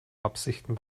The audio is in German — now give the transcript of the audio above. absichten